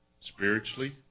spiritually